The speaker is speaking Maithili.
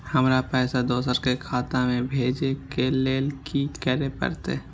हमरा पैसा दोसर के खाता में भेजे के लेल की करे परते?